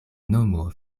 nomo